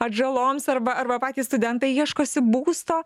atžaloms arba arba patys studentai ieškosi būsto